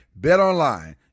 BetOnline